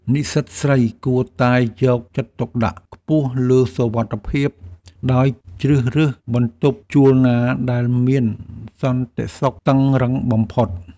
និស្សិតស្រីគួរតែយកចិត្តទុកដាក់ខ្ពស់លើសុវត្ថិភាព ដោយជ្រើសរើសបន្ទប់ជួលណាដែលមានសន្តិសុខតឹងរ៉ឹងបំផុត។